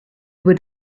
would